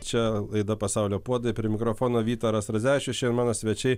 čia laida pasaulio puodai prie mikrofono vytaras radzevičius šiandien mano svečiai